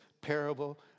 parable